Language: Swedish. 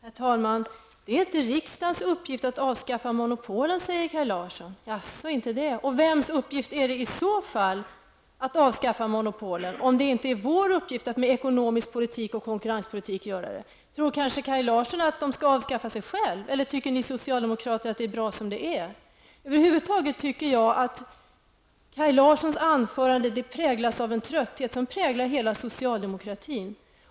Herr talman! Det är inte riksdagens uppgift att avskaffa monopolen, säger Kaj Larsson. Jaså, inte det! Vems uppgift är det i så fall om det inte är vår uppgift att med ekonomisk politik och konkurrenspolitik göra det? Tror Kaj Larsson att de skall avskaffa sig själva? Eller tycker ni socialdemokrater att det är bra som det är? Över huvud taget tycker jag att Kaj Larssons anförande präglas av en trötthet som präglar hela socialdemokratin.